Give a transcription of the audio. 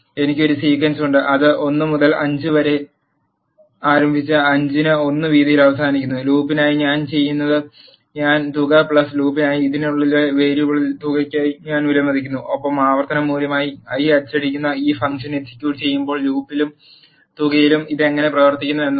എനിക്ക് ഒരു സീക്വൻസ് ഉണ്ട് അത് 1 മുതൽ ആരംഭിച്ച് 5 ന് 1 വീതിയിൽ അവസാനിക്കുന്നു ലൂപ്പിനായി ഞാൻ ചെയ്യുന്നത് ഞാൻ തുക ലൂപ്പിനായി ഇതിനുള്ളിലെ വേരിയബിൾ തുകയ്ക്ക് ഞാൻ വിലമതിക്കുന്നു ഒപ്പം ആവർത്തന മൂല്യമായ i അച്ചടിക്കുന്നു ഈ ഫംഗ്ഷൻ എക്സിക്യൂട്ട് ചെയ്യുമ്പോൾ ലൂപ്പിലും തുകയിലും ഇത് എങ്ങനെ പ്രവർത്തിക്കുന്നു എന്നതാണ്